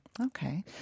Okay